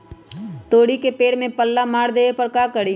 तोड़ी के पेड़ में पल्ला मार देबे ले का करी?